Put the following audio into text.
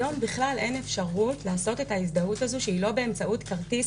היום אין אפשרות לעשות את ההזדהות הזאת שהיא לא באמצעות כרטיס,